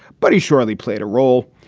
but he surely played a role.